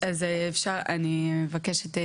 אני מבקשת.